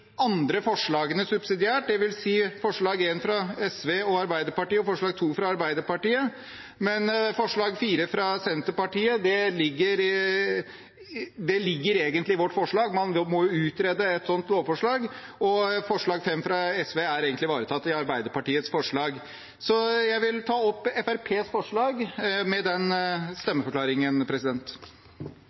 andre forslag subsidiært, dvs. forslag nr. 1, fra SV og Arbeiderpartiet, og forslag nr. 2, fra Arbeiderpartiet. Men forslag nr. 4, fra Senterpartiet, ligger egentlig i vårt forslag – man må jo utrede et sånt lovforslag, og forslag nr. 5, fra SV, er egentlig ivaretatt i Arbeiderpartiets forslag. Jeg vil ta opp Fremskrittspartiets forslag, med denne stemmeforklaringen.